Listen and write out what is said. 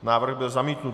Návrh byl zamítnut.